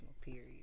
period